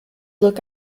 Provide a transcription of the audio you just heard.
look